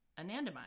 anandamide